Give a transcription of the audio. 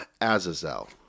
Azazel